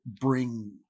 bring